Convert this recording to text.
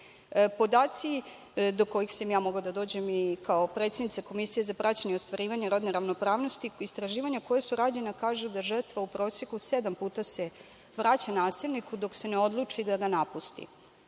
do kojih sam ja mogla da dođem kao predsednica Komisije za praćenje ostvarivanja rodne ravnopravnosti, istraživanja koja su rađenja kažu da žrtva u proseku sedam puta se vraća nasilniku dok se ne odluči da ga napusti. Neki